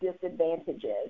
disadvantages